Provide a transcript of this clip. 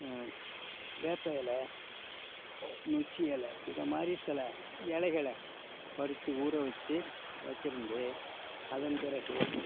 வேப்பை இல நொச்சி இல இந்தமாதிரி சில இலைகள பறிச்சு ஊற வச்சு வச்சுருந்து அதன் பிறகு